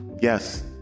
yes